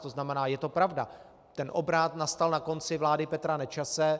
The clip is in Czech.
To znamená, je to pravda, ten obrat nastal na konci vlády Petra Nečase.